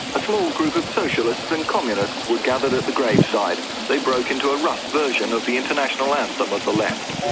a small group of socialists and communists were gathered at the graveside. they broke into a rough version of the international anthem of the left.